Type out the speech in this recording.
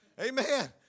Amen